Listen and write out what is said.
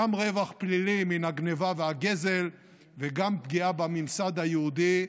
גם רווח פלילי מן הגנבה והגזל וגם פגיעה בממסד היהודי,